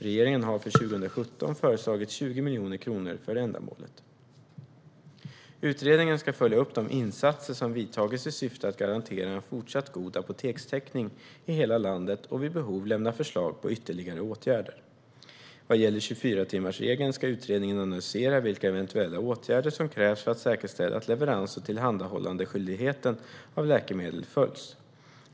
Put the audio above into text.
Regeringen har för 2017 föreslagit 20 miljoner kronor för ändamålet. Utredningen ska följa upp de insatser som vidtagits i syfte att garantera en fortsatt god apotekstäckning i hela landet och vid behov lämna förslag på ytterligare åtgärder. Vad gäller 24-timmarsregeln ska utredningen analysera vilka eventuella åtgärder som krävs för att säkerställa att leverans och tillhandahållandeskyldigheten av läkemedel följs.